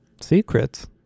Secrets